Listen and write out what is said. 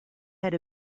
had